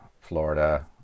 Florida